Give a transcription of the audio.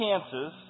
chances